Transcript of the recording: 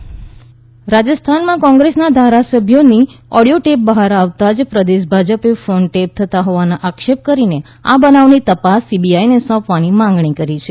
Rajasthan BJP રાજસ્થાનમાં કોંગ્રેસના ધારાસભ્યોની ઓડીયો ટેપ બહાર આવતા જ પ્રદેશ ભાજપે ફોન ટેપ થતાં હોવાનો આક્ષેપ કરીને આ બનાવની તપાસ સીબીઆઈને સોંપવાની માંગણી કરી છે